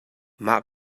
mah